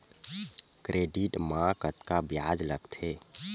Credit मा कतका ब्याज लगथे?